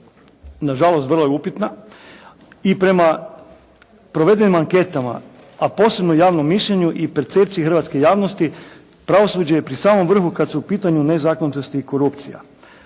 nažalost vrlo je upitna i prema provedenim anketama a posebno javnom mišljenju i percepciji hrvatske javnosti pravosuđe je pri samom vrhu kada su u pitanju nezakonitosti i korupcija.